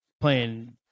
playing